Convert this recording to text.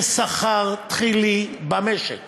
ששכר תחילי במשק